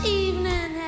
evening